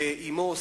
אמו,